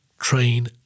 train